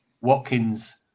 Watkins